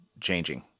changing